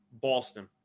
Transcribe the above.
Boston